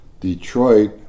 Detroit